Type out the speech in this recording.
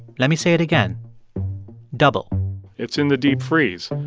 let me say it again double it's in the deepfreeze.